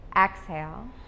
Exhale